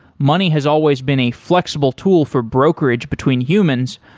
money has always been a flexible tool for brokerage between humans,